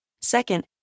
Second